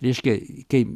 reiškia kai